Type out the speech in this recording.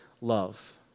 love